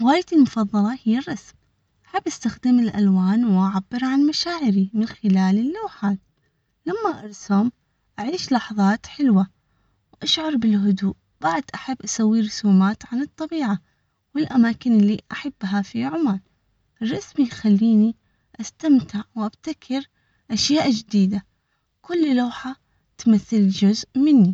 هوايتي المفضلة هي الرسم احب استخدم الألوان، وأعبر عن مشاعري من خلال اللوحة، لما أرسم، أعيش لحظات حلوة وأشعر بالهدوء بعد أحب أسوي رسومات عن الطبيعة والأماكن اللي أحبها في عمان الرسم يخليني أستمتع وأبتكر